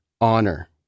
honor